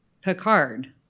picard